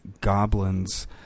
Goblins